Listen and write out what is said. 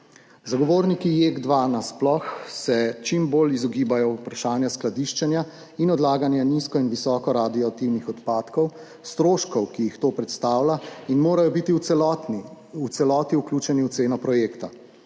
Zagovorniki JEK2 se nasploh čim bolj izogibajo vprašanju skladiščenja in odlaganja nizko- in visokoradioaktivnih odpadkov, stroškov, ki jih to predstavlja in ki morajo biti v celoti vključeni v ceno projekta,